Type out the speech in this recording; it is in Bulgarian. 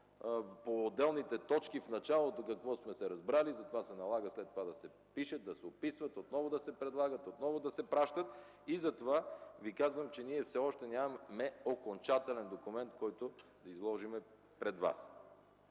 по отделните точки от началото какво сме се разбрали. Затова се налага в края да се пише, дописва, отново да се предлагат, отново да се изпращат. Затова казвам, че ние нямаме окончателен документ, който да изложим пред Вас.